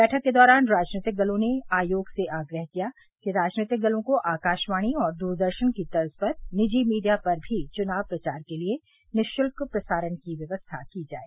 बैठक के दौरान राजनीतिक दलों ने आयोग से आग्रह किया कि राजनीतिक दलों को आकाशवाणी और दूरदर्शन की तर्ज पर निजी मीडिया पर भी चुनाव प्रचार के लिए निशुल्क प्रसारण की व्यवस्था की जाए